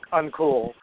uncool